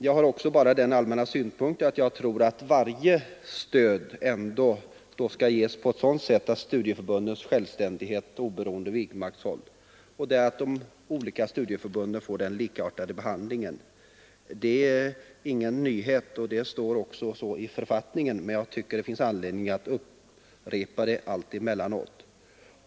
Allmänt vill jag säga att jag tror att varje stöd skall ges på sådant sätt att studieförbundens själständighet och oberoende vidmakthålls och så att olika studieförbund får en likartad behandling. Det är ingen nyhet — så står det också i författningen — men jag tycker att det finns anledning att upprepa detta allt emellanåt.